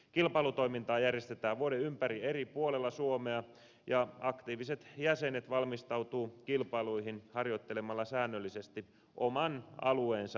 kilpailutoimintaa järjestetään vuoden ympäri eri puolilla suomea ja aktiiviset jäsenet valmistautuvat kilpailuihin harjoittelemalla säännöllisesti oman alueensa ampumaradoilla